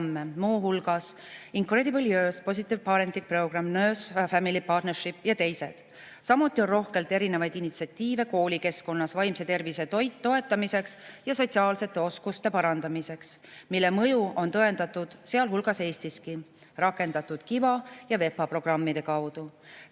muu hulgas Incredible Years, Positive Parenting Program, Nurse-Family Partnership ja teised. Samuti on rohkelt erinevaid initsiatiive koolikeskkonnas vaimse tervise toetamiseks ja sotsiaalsete oskuste parandamiseks, mille mõju on tõendatud, sealhulgas Eestiski rakendatud KiVa ja VEPA programmide kaudu.